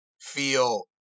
feel